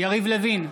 יריב לוין,